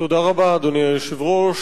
תודה רבה, אדוני היושב-ראש.